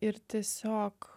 ir tiesiog